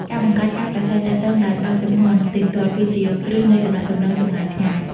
ការបង្កើតការប្រាស្រ័យទាក់ទងដោយបើកចំហ និងទៀងទាត់ គឺជាគ្រឹះនៃទំនាក់ទំនងចម្ងាយឆ្ងាយ។